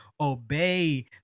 obey